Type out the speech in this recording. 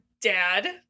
dad